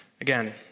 Again